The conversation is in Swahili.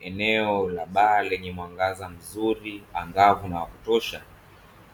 Eneo la baa lenye mwangaza mzuri, angavu na wa kutosha